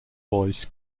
voice